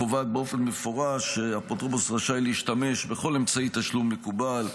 קובעת באופן מפורש שאפוטרופוס רשאי להשתמש בכל אמצעי תשלום מקובל,